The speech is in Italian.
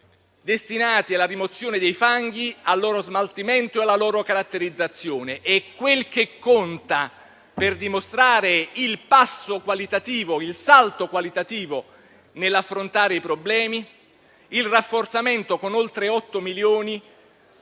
destinati alla rimozione dei fanghi, al loro smaltimento e alla loro caratterizzazione. Quel che conta, poi, per dimostrare il salto qualitativo nell'affrontare i problemi, è il rafforzamento con oltre 8 milioni